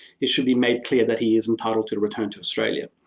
it should be made clear that he is entitled to to return to australia.